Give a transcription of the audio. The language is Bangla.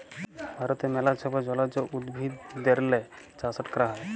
ভারতে ম্যালা ছব জলজ উদ্ভিদেরলে চাষট ক্যরা হ্যয়